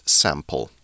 sample